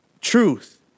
Truth